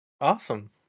Awesome